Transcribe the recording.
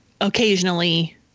Occasionally